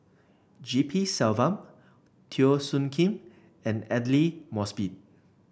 G P Selvam Teo Soon Kim and Aidli Mosbit